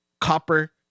copper